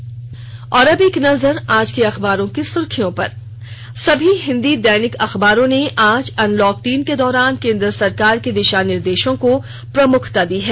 अब अखबारों की सुर्खियां और अब एक नजर आज के अखबारो की सुर्खियों पर सभी हिंदी दैनिक अखबारों ने आज अनलॉक तीन के दौरान केन्द्र सरकार के दिशा निर्देशों को प्रमुखता दी है